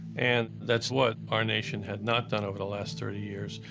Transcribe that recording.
and that's what our nation had not done over the last thirty years.